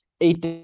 eight